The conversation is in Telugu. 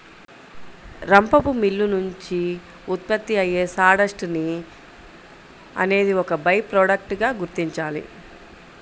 రంపపు మిల్లు నుంచి ఉత్పత్తి అయ్యే సాడస్ట్ ని అనేది ఒక బై ప్రొడక్ట్ గా గుర్తించాలి